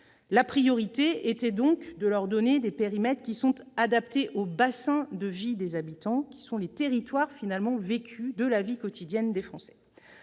la priorité était donc de leur donner des périmètres adaptés aux bassins de vie des habitants, qui sont les territoires de la vie quotidienne des Français.